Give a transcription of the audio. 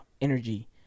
energy